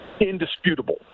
indisputable